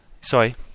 Sorry